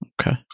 Okay